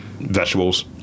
vegetables